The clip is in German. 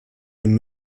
dem